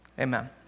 Amen